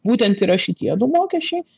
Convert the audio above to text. būtent yra šitie du mokesčiai